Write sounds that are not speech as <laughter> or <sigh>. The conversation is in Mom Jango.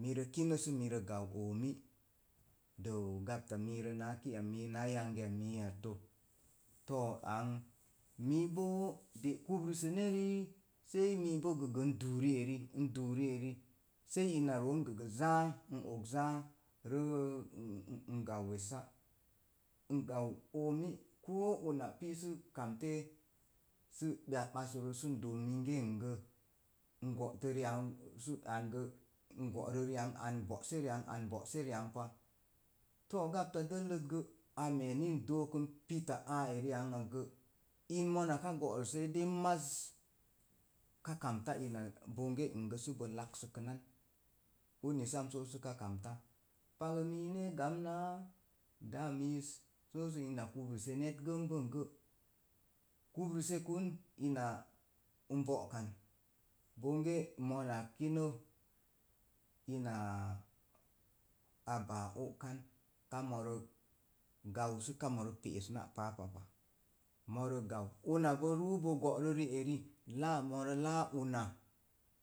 Mirə kine sə mirə gau. omi, dəu gapta miirət náá kia mii na yangiya miyattə. to ang mii boo də’ kubra sənee. sei mii bo gəbən gəgə n duum ri'eri. Sei ina roo gogo záá rəə n gau wessa. n gau omi koo una pii sə kamtə sə <unintelligible> sə doo minge ngə, n go'to riang sə angə n bo'ro riang an bo'sə riang pa, to gapta dəllət gə eni ni n dookən pita áári ang akgə, in mona ka go'ru s seidei máz, ká kamta ina bo n gə səbo laksə kənan. uni sam so səka kamta, pagə mi ne̱e̱ gam náá dáá miiz sə səna kubrusə net gəng bəng gə. Kubru səkun ina n bokan bonge mona kine ina á baa okan ka morə gau sə moro pe'es náá páá pa pa, moro gau, una bo ruu bo go'ro ri'eri, laam moro laa una